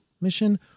mission